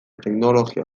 teknologia